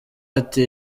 ati